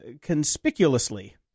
conspicuously